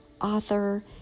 author